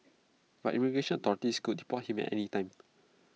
but immigration authorities could deport him at any time